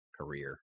career